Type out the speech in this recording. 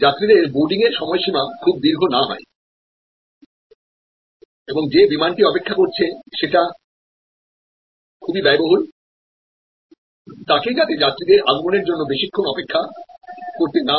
যাত্রীদের বোর্ডিং এর সময়সীমা খুব দীর্ঘ না হয় আর যে বিমানটি অপেক্ষা করছে যেটা খুবই ব্যয়বহুল তাকে যাতে যাত্রীদের আগমনের জন্য বেশিক্ষণ অপেক্ষা করতে না হয়